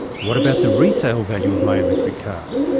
what about the resale value of my electric car?